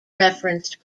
referenced